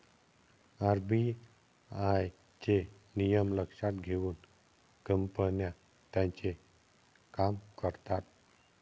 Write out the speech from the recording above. RBI चे नियम लक्षात घेऊन कंपन्या त्यांचे काम करतात